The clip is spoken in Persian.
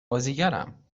بازیگرم